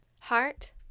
heart